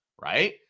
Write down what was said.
right